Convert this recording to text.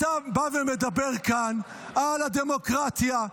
אתה בא ומדבר כאן על הדמוקרטיה,